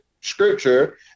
scripture